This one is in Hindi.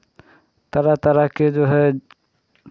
तरह तरह के जो है